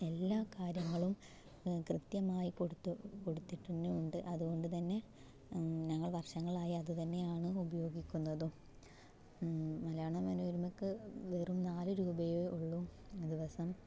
എല്ലാ കാര്യങ്ങളും കൃത്യമായി കൊടുത്തു കൊടുത്തിട്ടുണ്ട് അതുകൊണ്ടുതന്നെ ഞങ്ങൾ വർഷങ്ങളായി അതുതന്നെയാണ് ഉപയോഗിക്കുന്നതും മലയാള മനോരമയ്ക്ക് വെറും നാല് രൂപയേ ഉള്ളു ദിവസം